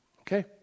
Okay